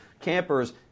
campers